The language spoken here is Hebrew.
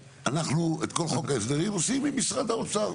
אנחנו, את כל חוק ההסדרים, עושים עם משרד האוצר.